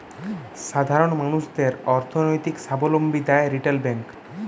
সাধারণ মানুষদের অর্থনৈতিক সাবলম্বী দ্যায় রিটেল ব্যাংক